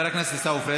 חבר הכנסת עיסאווי